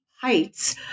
heights